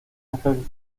ángel